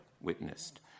witnessed